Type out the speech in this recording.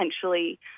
potentially